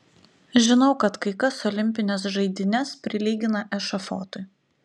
žinau kad kai kas olimpines žaidynes prilygina ešafotui